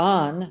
on